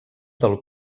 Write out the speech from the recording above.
del